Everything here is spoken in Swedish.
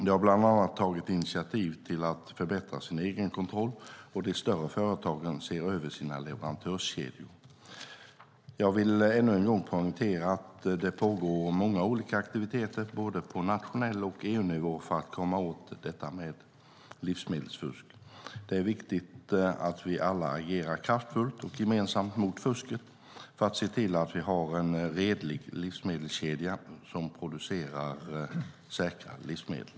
De har bland annat tagit initiativ till att förbättra sin egenkontroll, och de större företagen ser över sina leverantörskedjor. Jag vill ännu en gång poängtera att det pågår många olika aktiviteter både på nationell nivå och på EU-nivå för att komma åt livsmedelsfusk. Det är viktigt att vi alla agerar kraftfullt och gemensamt mot fusket för att se till att vi har en redlig livsmedelskedja som producerar säkra livsmedel.